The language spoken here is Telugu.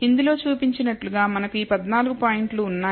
ఇందులో చూపించినట్లుగా మనకు ఈ పద్నాలుగు పాయింట్లు ఉన్నాయి